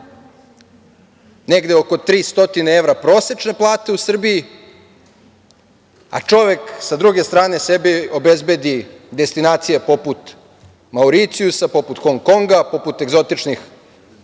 negde oko 300 evra prosečne plate u Srbiji, a čovek sa druge strane sebi obezbedi destinacije poput Mauricijusa, poput Hong Konga, poput egzotičnih